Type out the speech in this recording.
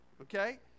okay